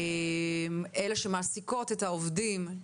אלה שמעסיקות את העובדים,